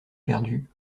perdue